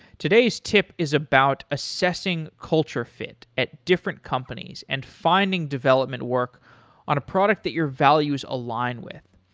today's tip is about assessing culture fit at different companies and finding development work on a product that your values align with.